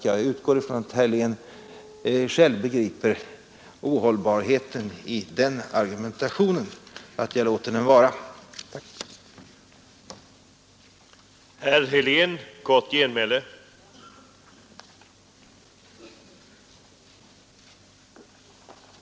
Jag utgår ifrån att herr Helén själv begriper ohållbarheten i den argumentationen, och jag låter den därför vara.